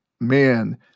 man